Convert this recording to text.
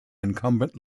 incumbent